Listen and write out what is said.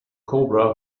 cobra